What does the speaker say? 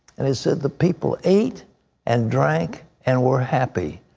and it said the people ate and drank and were happy.